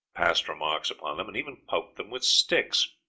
passed remarks upon them, and even poked them with sticks.